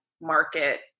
market